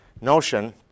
notion